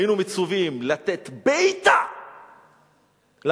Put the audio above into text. היינו מצווים לתת בעיטה למטרה,